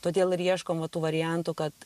todėl ir ieškom va tų variantų kad